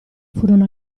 furono